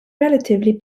relatively